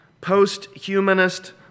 post-humanist